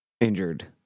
injured